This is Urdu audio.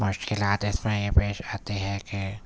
مشکلات اس میں یہ پیش آتی ہے کہ